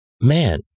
man